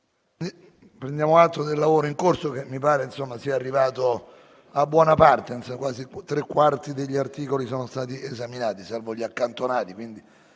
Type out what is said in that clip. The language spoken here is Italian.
Prendiamo atto del lavoro in corso, che mi pare sia arrivato a buon punto, visto che tre quarti degli articoli sono stati esaminati, salvo gli accantonati.